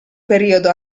periodo